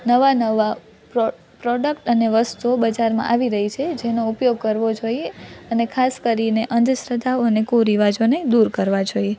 નવા નવા પ્રોડક્ટ અને વસ્તુઓ બજારમાં આવી રહી છે જેનો ઉપયોગ કરવો જોઈએ અને ખાસ કરીને અંધશ્રદ્ધાઓ અને કુરિવાજોને દૂર કરવા જોઈએ